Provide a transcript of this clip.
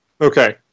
Okay